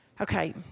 Okay